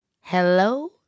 Hello